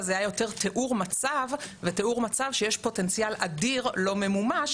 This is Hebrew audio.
זה היה יותר תיאור מצב ותיאור מצב שיש פוטנציאל אדיר לא ממומש,